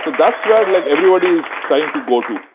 so that's where like everybody is trying to go to,